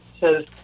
says